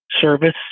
service